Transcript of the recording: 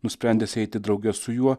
nusprendęs eiti drauge su juo